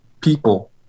people